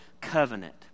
covenant